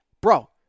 bro